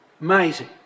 Amazing